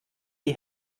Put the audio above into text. die